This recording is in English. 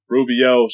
Rubio